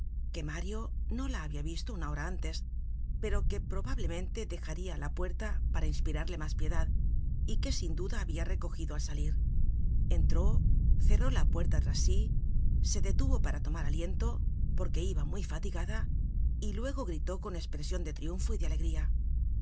que mario no la habia visto una hora antes pero que probablemente dejaría á la puerta para inspirarle mas piedad y que sin duda habia recogido al salir entró cerró la puerta tras sí se detuvo para tomar aliento porque iba muy fatigada y luego gritó con espresion de triunfo y de alegría